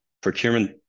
procurement